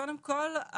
קודם כל,